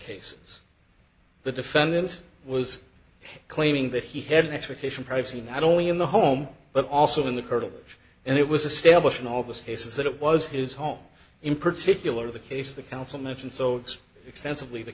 cases the defendant was claiming that he had an expectation privacy not only in the home but also in the curtilage and it was a stablish in all those cases that it was his home in particular the case the council mentioned so extensively the